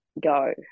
go